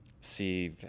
see